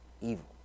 evil